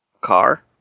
car